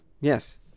Yes